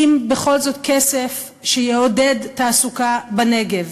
אם בכל זאת כסף שיעודד תעסוקה בנגב,